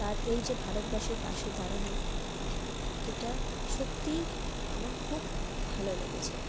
তার এই যে ভারতবাসীর পাশে দাঁড়ানো এটা সত্যিই আমার খুব ভালো লেগেছে